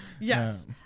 Yes